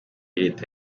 leta